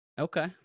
Okay